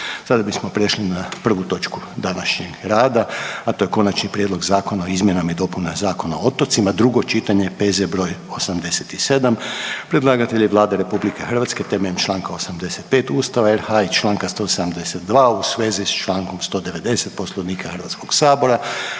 Sada bismo prešli na prvu točku današnjeg rada, a to je: - Konačni prijedlog zakona o izmjenama i dopunama Zakona o otocima, drugo čitanje, P.Z. br. 87; Predlagatelj je Vlada RH temeljem čl. 85 Ustava RH i čl. 172 u svezi s čl. 190 Poslovnika HS-a.